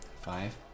Five